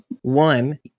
One